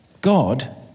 God